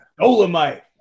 Dolomite